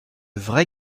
vraie